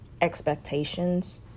expectations